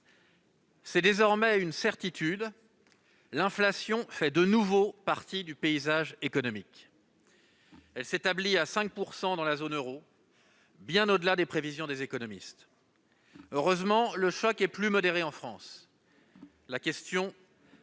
C'est désormais une certitude : l'inflation fait de nouveau partie du paysage économique. Elle s'établit à 5 % dans la zone euro, bien au-delà des prévisions des économistes. Heureusement, le choc est plus modéré en France. La question